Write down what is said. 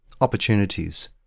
Opportunities